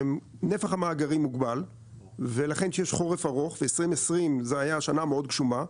נפח המאגרים מוגבל ולכן כשיש חורף ארוך ו-2020 זה היה שנה מאוד גשומה,